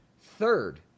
third